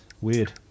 Weird